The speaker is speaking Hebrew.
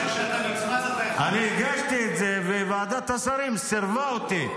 ------ אני הגשתי את זה וועדת השרים סירבה לי.